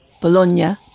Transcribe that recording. Bologna